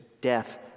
death